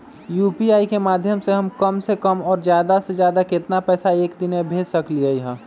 UPI के माध्यम से हम कम से कम और ज्यादा से ज्यादा केतना पैसा एक दिन में भेज सकलियै ह?